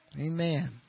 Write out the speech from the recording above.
Amen